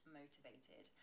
motivated